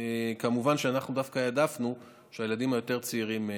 כמובן אנחנו העדפנו שהילדים היותר-צעירים יתחילו.